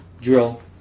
drill